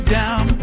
down